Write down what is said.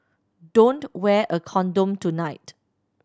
don't wear a condom tonight